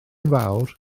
fawr